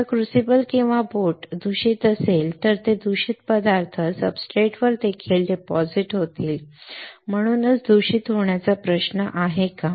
जर क्रूसिबल किंवा बोट दूषित असेल तर ते दूषित पदार्थ सब्सट्रेटवर देखील डिपॉझिट होतील म्हणूनच दूषित होण्याचा प्रश्न आहे का